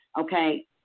Okay